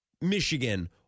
Michigan